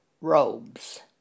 robes